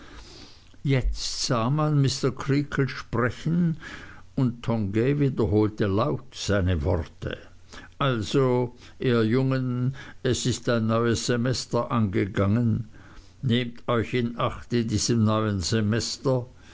jetzt sah man mr creakle sprechen und tongay wiederholte laut seine worte also ihr jungen es ist ein neues semester angegangen nehmt euch in acht in diesem neuen semester